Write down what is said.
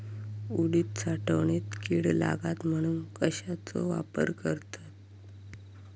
उडीद साठवणीत कीड लागात म्हणून कश्याचो वापर करतत?